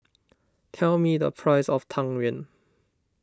tell me the price of Tang Yuen